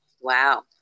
wow